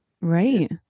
Right